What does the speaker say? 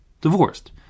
divorced